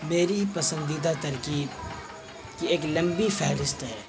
میری پسندیدہ ترکیب کی ایک لمبی فہرست ہے